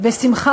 בשמחה